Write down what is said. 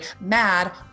mad